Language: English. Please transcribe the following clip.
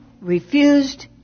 refused